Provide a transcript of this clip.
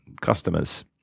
customers